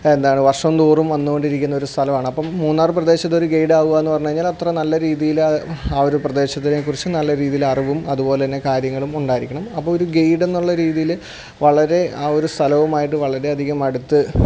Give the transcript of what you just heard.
എന്താണ് വർഷം തോറും വന്നു കൊണ്ടിരിക്കുന്നൊരു സ്ഥലമാണ് അപ്പം മൂന്നാർ പ്രദേശത്തൊരു ഗൈഡാകുകയെന്നു പറഞ്ഞു കഴിഞ്ഞാൽ അത്ര നല്ല രീതിയിൽ ആ ഒരു പ്രദേശത്തിനേക്കുറിച്ച് നല്ല രീതിയിലറിവും അതുപോലെ തന്നെ കാര്യങ്ങളും ഉണ്ടായിരിക്കണം അപ്പൊരു ഗൈഡെന്ന രീതിയിൽ വളരെ ആ ഒരു സ്ഥലവുമായിട്ടു വളരെ അധികം അടുത്ത്